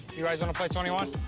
you guys wanna play twenty one?